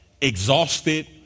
Exhausted